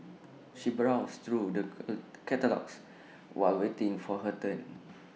she browsed through the catalogues while waiting for her turn